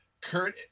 Kurt